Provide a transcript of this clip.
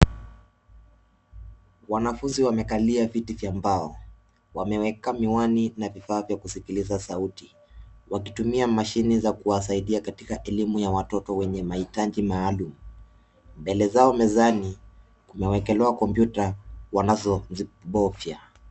Wanafunzi wamekalia viti vya mbao wameweka miwani na vifaa vya kusikiliza sauti wakitumia mashine za kuwasasidia katika elimu ya watoto wenye mahitaji maalum mbele zao mezani kumewekelewa kompyuta wanazozibovya.